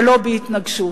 ולא בהתנגשות.